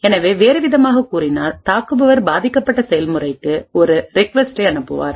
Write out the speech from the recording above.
எனவே வேறுவிதமாகக் கூறினால் தாக்குபவர் பாதிக்கப்பட்ட செயல்முறைக்கு ஒரு ரிக்வெஸ்ட்டை அனுப்புவார்